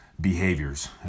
behaviors